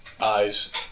eyes